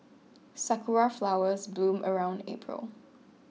sakura flowers bloom around April